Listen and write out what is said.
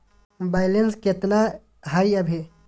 Balance केतना हय अभी?